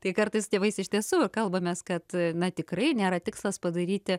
tai kartais su tėvais iš tiesų kalbamės kad na tikrai nėra tikslas padaryti